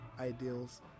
ideals